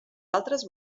altres